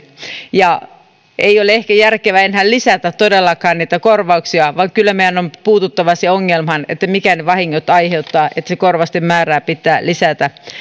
ei ole ehkä järkevää enää lisätä todellakaan niitä korvauksia vaan kyllä meidän on puuttuva siihen ongelmaan mikä ne vahingot aiheuttaa korvausten määrää pitää vähentää